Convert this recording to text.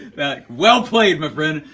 that well played my friend.